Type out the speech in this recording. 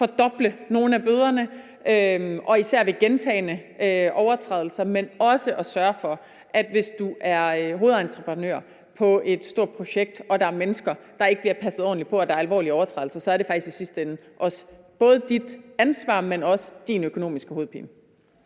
fordoble nogle af bøderne, især ved gentagne overtrædelser, men også i forhold til at sørge for, at hvis du er hovedentreprenør på et stort projekt og der er mennesker, der ikke bliver passet ordentligt på, og der er alvorlige overtrædelser, så er det faktisk i sidste ende både dit ansvar, men også din økonomiske hovedpine.